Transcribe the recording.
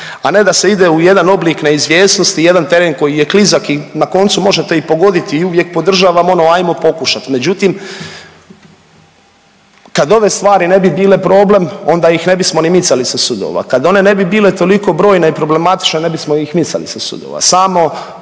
a ne da se ide u jedan oblik neizvjesnosti, jedan teren koji je klizak i na koncu možete i pogoditi i uvijek podržavam ono ajmo pokušati, međutim kad ove stvari ne bi bile problem onda ih ne bismo ni micali sa sudova. Kad one ne bi bile toliko brojne i problematične ne bismo ih micali sa sudova.